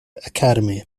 academy